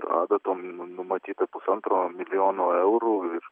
adatom numatyta pusantro milijono eurų ir